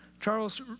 Charles